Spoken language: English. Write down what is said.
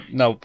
no